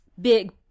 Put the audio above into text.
big